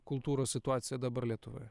kultūros situaciją dabar lietuvoje